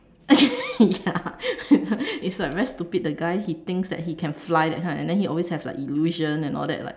okay ya it's like very stupid the guy he thinks that he can fly that kind then he always have like illusion and all that like